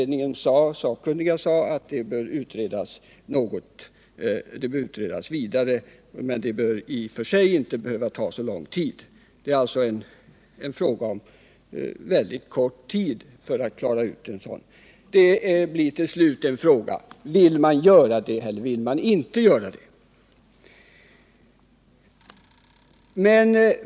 De sakkunniga sade att detta bör utredas vidare, vilket i och för sig inte behöver ta så lång tid. Det bör vara klart inom kort. Till slut blir frågan: Vill man göra det eller inte?